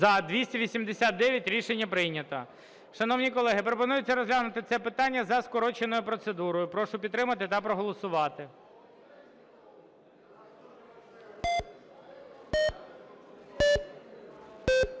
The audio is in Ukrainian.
За-289 Рішення прийнято. Шановні колеги, пропонується розглянути це питання за скороченою процедурою. Прошу підтримати та проголосувати.